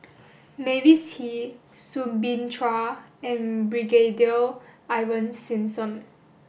Mavis Hee Soo Bin Chua and Brigadier Ivan Simson